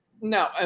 No